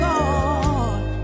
Lord